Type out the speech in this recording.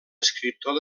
escriptor